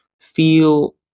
feel